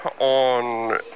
on